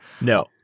No